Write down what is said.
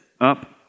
up